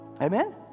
Amen